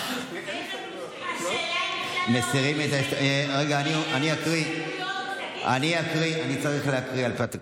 אני צריך להקריא על פי התקנון.